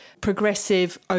progressive